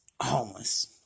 homeless